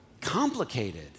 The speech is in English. complicated